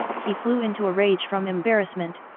he flew into a rage from embarrassment,